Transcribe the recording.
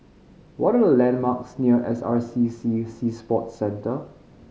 what are the landmarks near N S R C C Sea Sports Centre